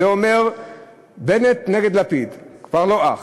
את זה אומר בנט נגד לפיד: כבר לא אח.